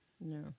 No